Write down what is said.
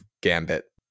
gambit